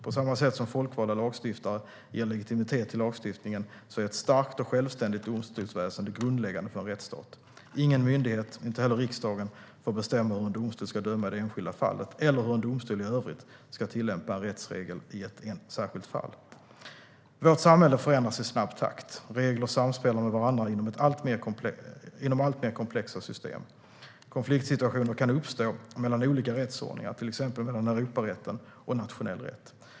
På samma sätt som folkvalda lagstiftare ger legitimitet till lagstiftningen är ett starkt och självständigt domstolsväsen grundläggande för en rättsstat. Ingen myndighet, inte heller riksdagen, får bestämma hur en domstol ska döma i det enskilda fallet eller hur en domstol i övrigt ska tillämpa en rättsregel i ett särskilt fall. Vårt samhälle förändras i snabb takt. Regler samspelar med varandra inom allt mer komplexa system. Konfliktsituationer kan uppstå mellan olika rättsordningar, till exempel mellan Europarätten och nationell rätt.